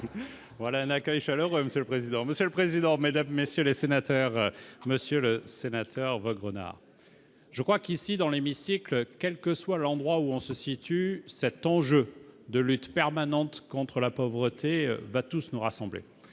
Voilà un accueil chaleureux, monsieur le président, Monsieur le président, Mesdames, messieurs les sénateurs, monsieur le sénateur, Vaugrenard, je crois qu'ici dans l'hémicycle, quelle que soit l'endroit où on se situe cet enjeu de lutte permanente contre la pauvreté va tous nous rassembler,